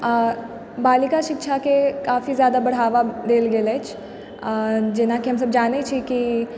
आ बालिका शिक्षाके काफी जादा बढ़ाबा देल गेल अछि अऽ जेनाकि हमसभ जानै छियै की